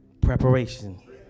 preparation